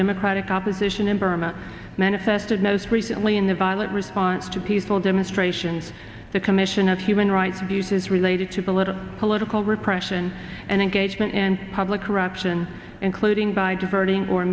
democratic opposition in burma manifested most recently in the violent response to peaceful demonstrations the commission of human rights abuses related to belittle political repression and engagement in public corruption including by diverting or